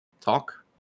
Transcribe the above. talk